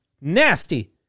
nasty